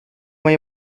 ayı